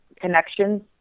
connections